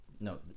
no